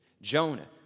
Jonah